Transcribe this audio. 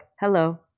hello